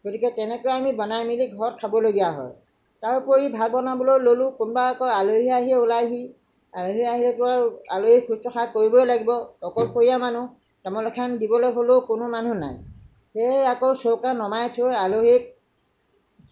গতিকে তেনেকেই আমি বনাই মেলি ঘৰত খাব লগীয়া হয় তাৰোপৰি ভাত বনাবলৈ ল'লো তাৰোপৰি কোনোবা আলহি আহি উলায়হি আলহি আহিলেতো আলহিক শুশ্ৰুষা কৰিবই লাগিবআকলশৰীয়া মানুহ তামোল এখন দিবলৈ হ'লেও কোনো মানুহ নাই সেয়ে আকৌ চৌকা নমাই থৈ আলহিক